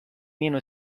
meno